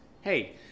hey